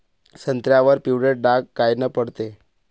संत्र्यावर पिवळे डाग कायनं पडते?